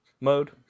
mode